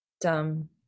Dumb